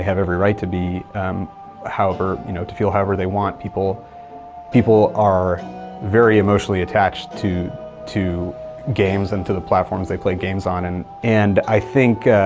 every right to be however you know to feel however they want. people people are very emotionally attached to to games and to the platforms they play games on, and and i think